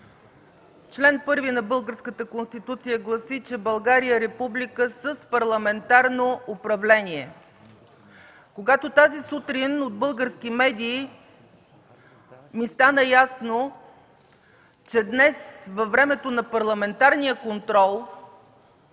Член първи на Българската конституция гласи, че България е република с парламентарно управление. Когато тази сутрин от български медии ми стана ясно, че днес във времето на парламентарния контрол